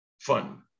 fun